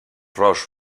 ross